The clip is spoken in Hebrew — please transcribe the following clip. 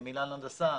למינהל הנדסה,